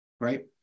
right